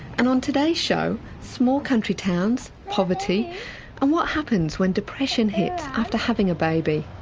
and on today's show small country towns, poverty and what happens when depression hits after having a baby.